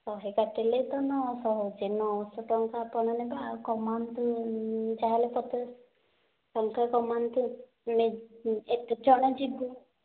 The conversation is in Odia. ଶହେ କାଟିଦେଲେ ତ ନଅଶହ ହେଉଛି ନଅଶହ ଟଙ୍କା ଆପଣ ନେବେ ଆଉ କମାନ୍ତୁ ଯାହା ହେଲେ ପଚାଶ ଟଙ୍କା କମାନ୍ତୁ ଆମେ ଏତେ ଜଣ ଯିବୁ